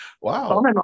Wow